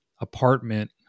apartment